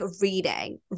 reading